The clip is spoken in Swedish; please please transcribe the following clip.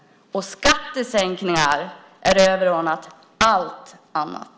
Skattesänkningar är överordnade allt annat.